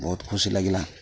ବହୁତ ଖୁସି ଲାଗିଲା